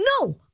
No